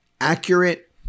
accurate